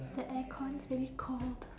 the aircon's pretty cold